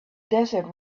desert